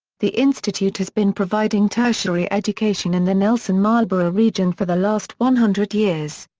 the institute has been providing tertiary education in the nelson-marlborough region for the last one hundred years.